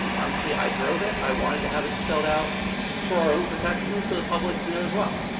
um honestly, i drove it. i wanted to have it spelled out for our own protection, for the public to know as well.